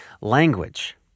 language